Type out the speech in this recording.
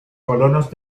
colonos